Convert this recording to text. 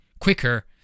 quicker